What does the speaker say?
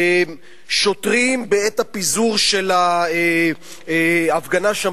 שוטרים בעת הפיזור של ההפגנה שם